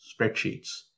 spreadsheets